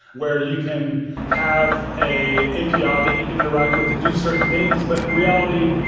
where you can have a api ah that you can interact with to do certain things. but in reality,